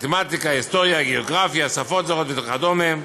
מתמטיקה, היסטוריה, גיאוגרפיה, שפות זרות וכדומה,